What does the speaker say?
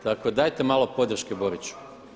Tako dajte malo podrške Boriću.